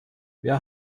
wer